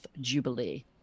Jubilee